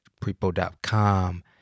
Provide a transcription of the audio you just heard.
prepo.com